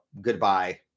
goodbye